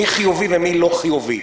מי חיובי ומי לא חיובי?